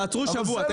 תעצרו שבוע.